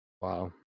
Wow